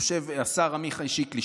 יושב השר עמיחי שיקלי,